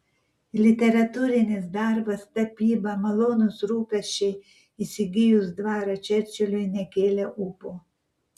literatūrinis darbas tapyba malonūs rūpesčiai įsigijus dvarą čerčiliui nekėlė ūpo